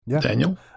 Daniel